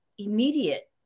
immediate